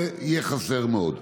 זה יהיה חסר מאוד.